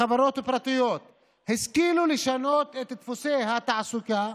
חברות פרטיות השכילו לשנות את דפוסי התעסוקה,